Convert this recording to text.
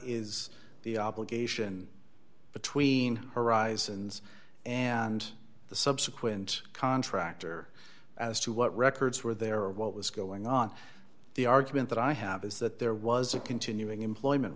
is the obligation between horizons and the subsequent contractor as to what records were there or what was going on the argument that i have is that there was a continuing employment